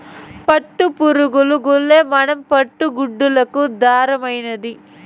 పట్టుపురుగులు గూల్లే మన పట్టు గుడ్డలకి దారమైనాది